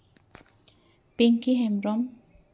Pinky Hembrom